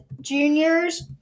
Juniors